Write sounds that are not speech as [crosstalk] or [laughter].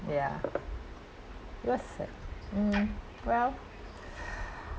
ya it was sad mm well [breath]